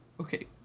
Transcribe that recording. Okay